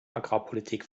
agrarpolitik